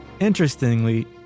interestingly